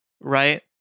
right